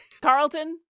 Carlton